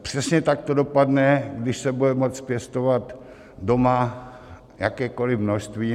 Přesně tak to dopadne, když se bude moct pěstovat doma jakékoliv množství.